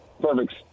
Perfect